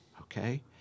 okay